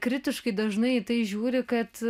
kritiškai dažnai į tai žiūri kad